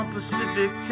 Pacific